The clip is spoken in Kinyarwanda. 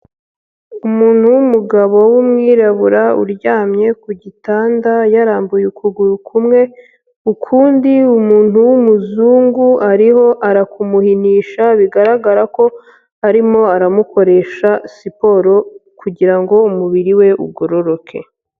Umuntu w'umugabo w'umwirabura, uryamye ku gitanda yarambuye ukuguru kumwe, ukundi umuntu w'umuzungu, ariho arakumuhinisha, bigaragara ko arimo aramukoresha siporo kugira ngo umubiri we ugororoke.